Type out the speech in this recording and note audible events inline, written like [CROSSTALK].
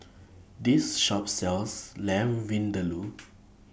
This Shop sells Lamb Vindaloo [NOISE]